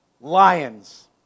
Lions